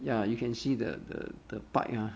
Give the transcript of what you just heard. ya you can see the the the pipe uh